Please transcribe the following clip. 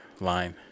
line